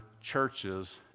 churches